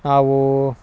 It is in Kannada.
ನಾವು